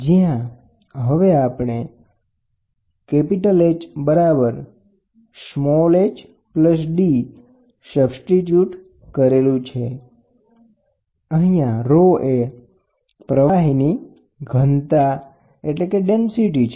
જ્યાં આ H જો તમે પાછળ જઇને આકૃતિમાં જઇને જુઓ તો તે H h d છે